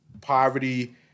poverty